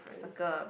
circle